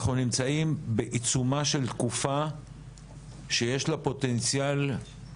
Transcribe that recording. אנחנו נמצאים בעיצומה של תקופה שיש לה פוטנציאל פיצוץ לא קטן.